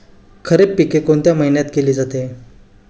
खरीप पिके कोणत्या महिन्यात केली जाते?